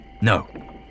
No